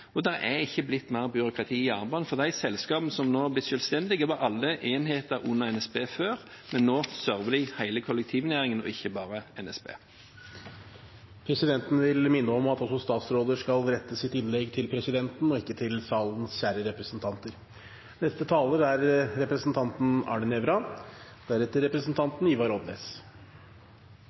er uavklart. Det har ikke blitt mer byråkrati i jernbanen, for de selskapene som nå er blitt selvstendige, var alle enheter under NSB før, men nå server de hele kollektivnæringen, og ikke bare NSB. Presidenten vil minne om at også statsråder skal rette sitt innlegg til presidenten og ikke til salens kjære representanter. Representanten Arne Nævra